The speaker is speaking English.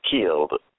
killed